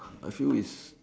I feel is